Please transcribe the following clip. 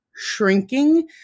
shrinking